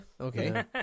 Okay